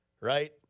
right